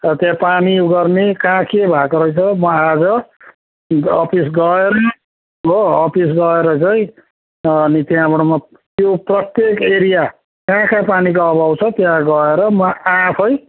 र त्यहाँ पानी उ गर्ने कहाँ के भएको रहेछ म आज अफिस गएर हो अफिस गएर चाहिँ अनि त्यहाँबाट म त्यो प्रत्येक एरिया कहाँ कहाँ पानीको अभाव त्यहाँ गएर म आफै